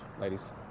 Ladies